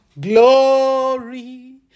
glory